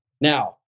Now